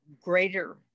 greater